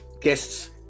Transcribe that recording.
guests